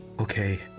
Okay